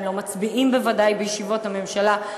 הם לא מצביעים בוודאי בישיבות הממשלה,